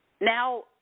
Now